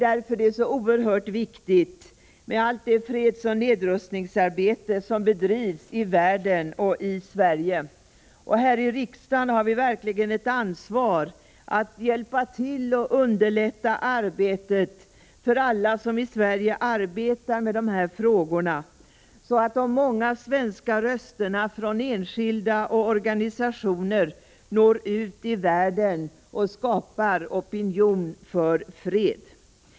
Därför är det oerhört viktigt med allt det fredsoch nedrustningsarbete som bedrivs i världen och i Sverige. Här i riksdagen har vi verkligen ett ansvar att hjälpa till och underlätta arbetet för alla som i Sverige arbetar med dessa frågor, så att de många svenska rösterna från enskilda och organisationer når ut i världen och skapar opinion för fred.